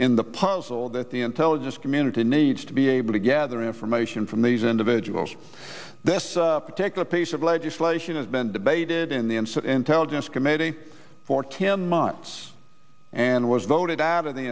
in the puzzle that the intelligence community needs to be able to gather information from these individuals this particular piece of legislation has been debated in the instant intelligence committee for ten months and was voted out of the